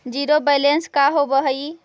Zero balance का होव हइ?